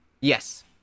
Yes